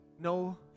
No